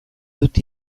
dut